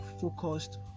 focused